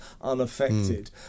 unaffected